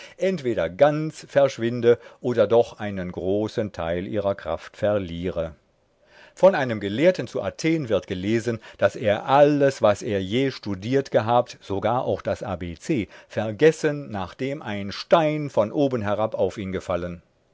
entweder ganz verschwinde oder doch einen großen teil ihrer kraft verliere von einem gelehrten zu athen wird gelesen daß er alles was er je studiert gehabt sogar auch das abc vergessen nachdem ein stein von oben herab auf ihn gefallen